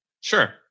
Sure